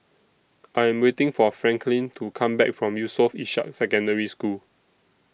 I Am waiting For Franklyn to Come Back from Yusof Ishak Secondary School